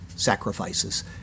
sacrifices